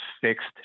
fixed